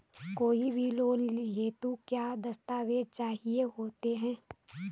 कोई भी लोन हेतु क्या दस्तावेज़ चाहिए होते हैं?